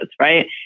right